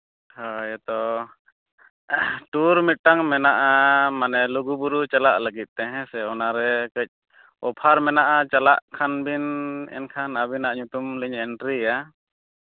ᱦᱚᱸᱭ ᱛᱚ ᱴᱩᱨ ᱢᱤᱫᱴᱟᱱ ᱢᱮᱱᱟᱜᱼᱟ ᱢᱟᱱᱮ ᱞᱩᱜᱩᱼᱵᱩᱨᱩ ᱪᱟᱞᱟᱜ ᱞᱟᱹᱜᱤᱫᱼᱛᱮ ᱦᱮᱸᱥᱮ ᱚᱱᱟ ᱨᱮ ᱠᱟᱹᱡ ᱚᱯᱷᱟᱨ ᱢᱮᱱᱟᱜᱼᱟ ᱪᱟᱞᱟᱜ ᱠᱷᱟᱱ ᱵᱤᱱ ᱮᱱᱠᱷᱟᱱ ᱟᱹᱵᱤᱱᱟᱜ ᱧᱩᱛᱩᱢ ᱞᱤᱧ ᱮᱱᱴᱨᱤᱭᱟ